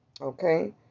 okay